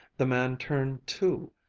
the man turned too,